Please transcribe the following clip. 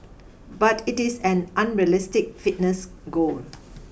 but it is an unrealistic fitness goal